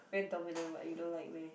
very dominant [what] you don't like meh